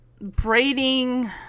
braiding